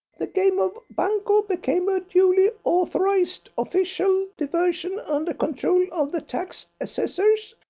the game of bunco became a duly authorised official diversion under control of the tax assessors,